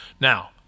Now